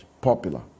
popular